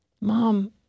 Mom